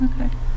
Okay